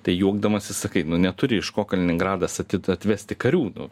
tai juokdamasis sakai nu neturi iš ko kaliningradas ati atvesti karių nu